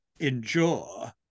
endure